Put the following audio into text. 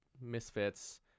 misfits